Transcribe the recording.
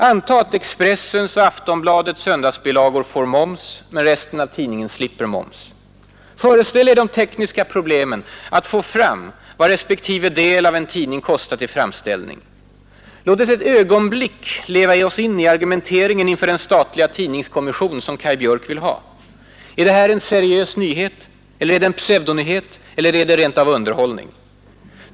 Anta att Expressens och Aftonbladets söndagsbilagor får moms men resten av tidningen slipper moms! Föreställ er de tekniska problemen att få fram vad respektive del av en tidning kostat i framställning! Låt oss ett ögonblick leva oss in i argumenteringen inför den statliga tidningskommission som Kaj Björk vill ha: är det här en ”seriös nyhet” eller är det en ”pseudonyhet” eller är det rentav ”underhållning”?